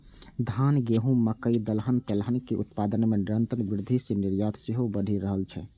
धान, गहूम, मकइ, दलहन, तेलहन के उत्पादन मे निरंतर वृद्धि सं निर्यात सेहो बढ़ि रहल छै